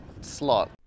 slot